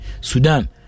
Sudan